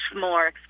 more